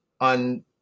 on